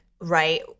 right